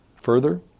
further